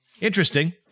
interesting